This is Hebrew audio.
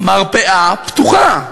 מה יהיה?